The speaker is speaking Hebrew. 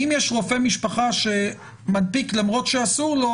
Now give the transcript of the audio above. אם יש רופא משפחה שמנפיק למרות שאסור לו,